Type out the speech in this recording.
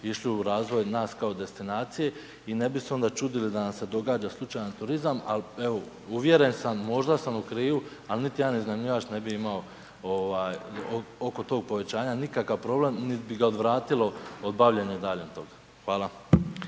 išli u razvoj nas kao destinacije, i ne bi se onda čudili da nam se događa slučajan turizam, al' evo uvjeren sam, možda sam u krivu, ali niti jedan iznajmljivač ne bi imao oko tog povećanja nikakav problem, nit bi ga odvratilo od bavljenja dalje toga. Hvala.